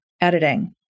editing